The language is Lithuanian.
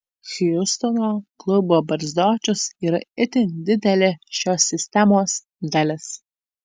hjustono klubo barzdočius yra itin didelė šios sistemos dalis